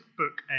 book